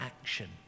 action